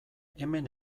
hemen